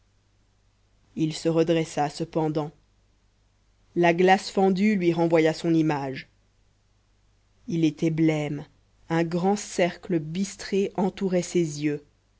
il se redressa cependant la glace fendue lui renvoya son image il était blême un grand cercle bistré entourait ses yeux